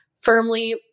firmly